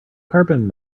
carbon